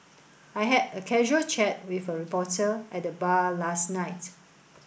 I had a casual chat with a reporter at the bar last night